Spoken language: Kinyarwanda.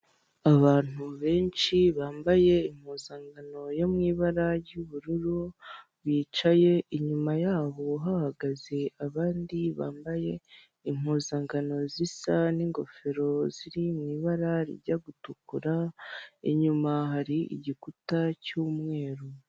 Abantu benshi bambaye impuzankano yo mu ibara ry'ubururu bicaye, inyuma yabo hahagaze abandi bambaye impuzankano zisa n'ingofero ziri mu ibara rijya gutukura, inyuma hari igikuta cy'umweru.